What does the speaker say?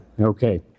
Okay